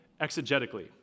exegetically